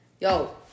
Yo